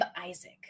isaac